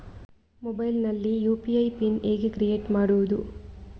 Mobile ನಲ್ಲಿ UPI pin ಹೇಗೆ create ಮಾಡುವುದು?